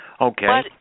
Okay